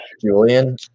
Julian